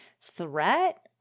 threat